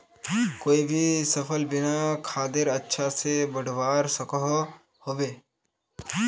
कोई भी सफल बिना खादेर अच्छा से बढ़वार सकोहो होबे?